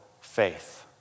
faith